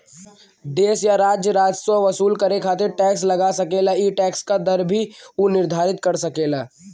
देश या राज्य राजस्व वसूल करे खातिर टैक्स लगा सकेला ई टैक्स क दर भी उ निर्धारित कर सकेला